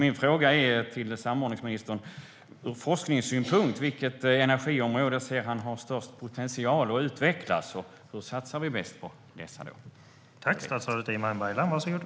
Min fråga till samordningsministern är: Ur forskningssynpunkt, vilka energiområden ser han har störst potential att utvecklas, och hur satsar vi bäst på dessa?